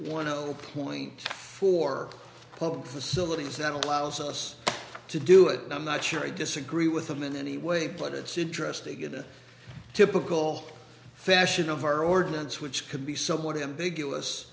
zero point four quote facilities that allows us to do it i'm not sure i disagree with them in any way but it's interesting in a typical fashion of our ordinance which can be somewhat ambiguous